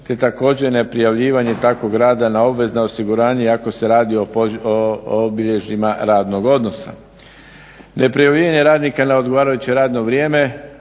te također neprijavljivanje takvog rada na obvezno osiguranje iako se radi o obilježjima radnog odnosa. Neprijavljivanje radnika na odgovarajuće radno vrijeme,